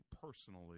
personally